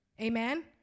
Amen